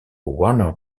warner